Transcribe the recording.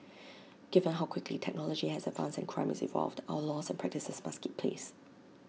given how quickly technology has advanced and crime has evolved our laws and practices must keep pace